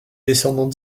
descendants